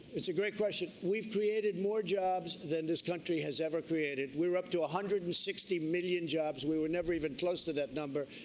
it's a great question. we've created more jobs than this country has ever created. we're up to one ah hundred and sixty million jobs. we were never even close to that number.